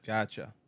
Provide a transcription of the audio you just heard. Gotcha